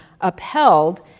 upheld